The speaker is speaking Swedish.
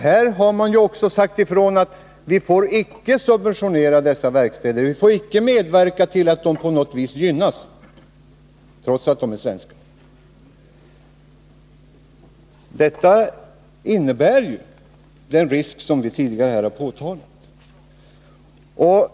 Här har man ju också sagt ifrån att vi icke får subventionera dessa verkstäder och att vi icke får medverka till att de på något vis får gynnas, trots att de är svenska. Detta innebär ju den risk som vi tidigare här har påtalat.